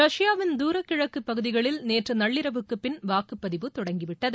ரஷ்யாவின் தூரக்கிழக்குப் பகுதிகளின் நேற்று நள்ளிரவுக்குப் பின் வாக்குப்பதிவு தொடங்கிவிட்டது